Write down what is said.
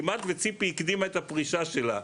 כמעט שציפי הקדימה את הפרישה שלה,